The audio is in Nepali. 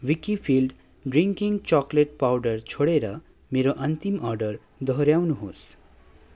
विकिफिल्ड ड्रिङ्किङ चकलेट पाउडर छोडेर मेरो अन्तिम अर्डर दोहोऱ्याउनुहोस्